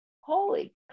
holy